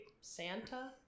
Santa